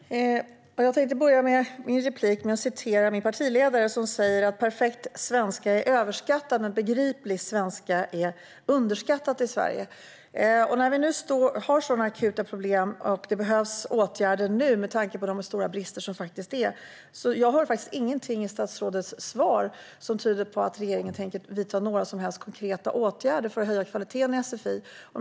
Fru talman! Jag tänkte börja med att citera min partiledare, som säger: Perfekt svenska är överskattad, men begriplig svenska är underskattad i Sverige. När vi nu har akuta problem behövs det åtgärder. Men jag hör ingenting i statsrådets svar som tyder på att regeringen tänker vidta några konkreta åtgärder för att höja kvaliteten i sfi.